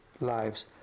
lives